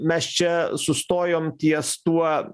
mes čia sustojom ties tuo